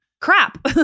crap